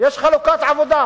שיש חלוקת עבודה,